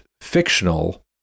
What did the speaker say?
fictional